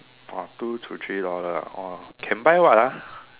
!wah! two to three dollar ah !wah! can buy [what] ah